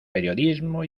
periodismo